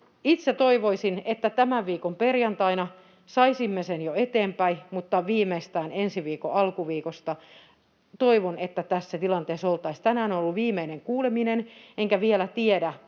Itse toivoisin, että tämän viikon perjantaina saisimme sen jo eteenpäin, mutta viimeistään ensi viikon alkuviikosta toivon, että tässä tilanteessa oltaisiin. Tänään on ollut viimeinen kuuleminen, enkä vielä tiedä,